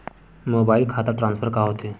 Mobile खाता transfer का होथे?